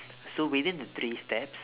so within the three steps